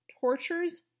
tortures